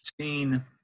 seen